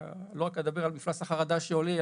אני לא מדבר רק על מפלס החרדה שעולה,